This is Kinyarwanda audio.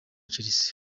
chelsea